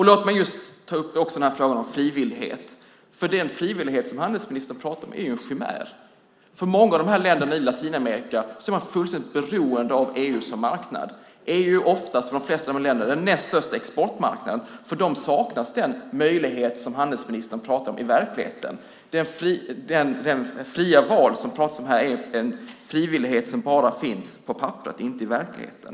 Låt mig också ta upp frågan om frivillighet. Den frivillighet som handelsministern pratar om är ju en chimär. Många av länderna i Latinamerika är helt beroende av EU som marknad. EU är för de flesta av dessa länder den näst största exportmarknaden. För dem saknas i verkligheten den möjlighet som handelsministern pratar om. Det fria val som det pratas om är en frivillighet som bara finns på papperet, inte i verkligheten.